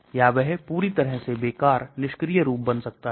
तो इस पूरी व्यवस्था को prodrug कहा जाता है